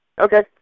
Okay